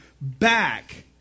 back